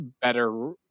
better